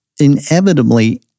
inevitably